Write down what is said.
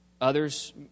Others